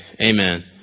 Amen